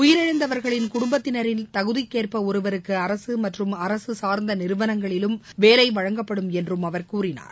உயிரிழந்தவர்களின் குடும்பத்தினரில் தகுதிக்கேற்ப ஒருவருக்கு அரசு மற்றும் அரசு சார்ந்த நிறுவனங்களிலும் வேலை வழங்கப்படும் என்றும் அவர் கூறினார்